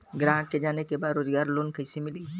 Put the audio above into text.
ग्राहक के जाने के बा रोजगार लोन कईसे मिली?